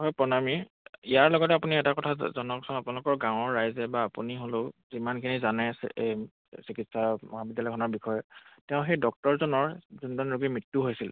হয় প্ৰণামী ইয়াৰ লগতে আপুনি এটা কথা জনাওকচোন আপোনালোকৰ গাঁৱৰ ৰাইজে বা আপুনি হ'লেও যিমানখিনি জানে আছে এই চিকিৎসা মহাবিদ্যালয়খনৰ বিষয়ে তেওঁ সেই ডক্টৰজনৰ যোনজন ৰোগী মৃত্যু হৈছিল